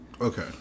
Okay